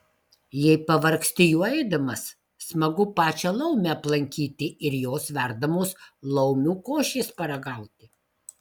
jei pavargsti juo eidamas smagu pačią laumę aplankyti ir jos verdamos laumių košės paragauti